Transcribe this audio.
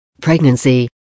pregnancy